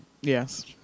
Yes